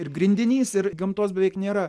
ir grindinys ir gamtos beveik nėra